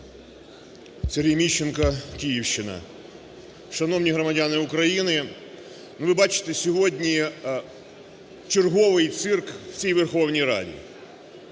Сергій Міщенко, Київщина. Шановні громадяни України, ви бачите сьогодні черговий цирк у цій Верховній Раді.